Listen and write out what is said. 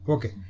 Okay